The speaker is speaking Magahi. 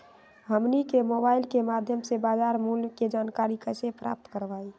हमनी के मोबाइल के माध्यम से बाजार मूल्य के जानकारी कैसे प्राप्त करवाई?